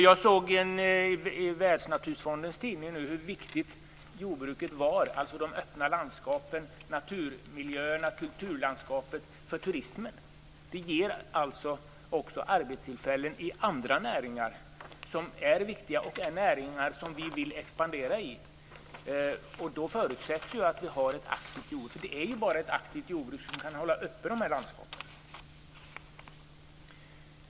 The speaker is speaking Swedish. Jag läste i Världsnaturfondens tidning hur viktigt jordbruket är för turismen, alltså de öppna landskapen, naturmiljöerna och kulturlandskapet. Det ger också arbetstillfällen i andra näringar som är viktiga och som vi vill expandera i. Det förutsätter ett aktivt jordbruk, för det är ju bara ett aktivt jordbruk som kan hålla de här landskapen uppe.